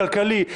כלכלי,